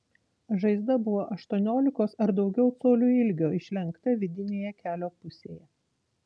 žaizda buvo aštuoniolikos ar daugiau colių ilgio išlenkta vidinėje kelio pusėje